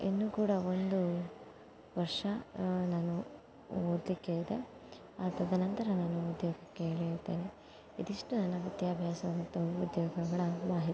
ಇನ್ನೂ ಕೂಡಾ ಒಂದು ವರ್ಷ ನಾನು ಓದಲಿಕ್ಕೆ ಇದೆ ಆ ತದನಂತರ ನಾನು ಉದ್ಯೋಗಕ್ಕೆ ಇಳಿಯುತ್ತೇನೆ ಇದಿಷ್ಟು ನನ್ನ ವಿದ್ಯಾಭ್ಯಾಸ ಮತ್ತು ಉದ್ಯೋಗಗಳ ಮಾಹಿತಿ